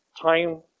time